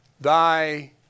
thy